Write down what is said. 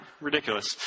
Ridiculous